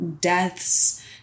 deaths